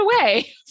away